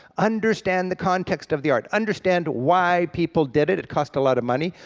understand the context of the art, understand why people did it, it cost a lot of money,